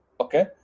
Okay